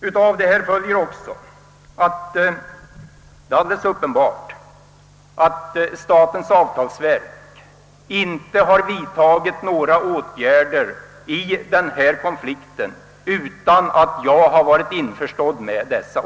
Därför är det också självklart att statens avtalsverk inte har vidtagit några åtgärder i denna konflikt utan att jag har varit införstådd med dem.